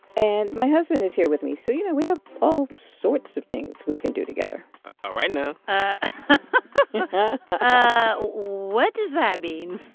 and my husband is here with me. so, you know, we have all sorts of things we can do together all right now ah ah what does that mean?